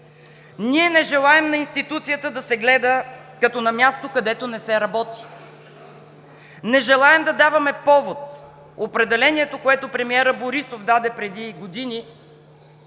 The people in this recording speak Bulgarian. Ние не желаем на институцията да се гледа като на място, където не се работи. Не желаем да даваме повод определението, което премиерът Борисов даде преди години,